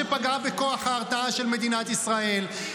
שפגעה בכוח ההרתעה של מדינת ישראל,